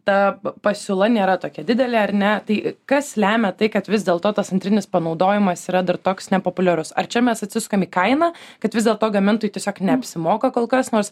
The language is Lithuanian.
ta pasiūla nėra tokia didelė ar ne tai kas lemia tai kad vis dėl to tas antrinis panaudojimas yra dar toks nepopuliarus ar čia mes atsisukam į kainą kad vis dėlto gamintojui tiesiog neapsimoka kol kas nors